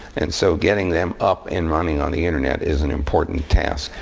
and so getting them up and running on the internet is an important task,